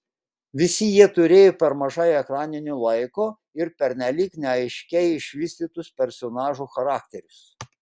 visi jie turėjo per mažai ekraninio laiko ir pernelyg neaiškiai išvystytus personažų charakterius